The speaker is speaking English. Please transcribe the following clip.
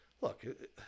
Look